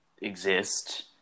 exist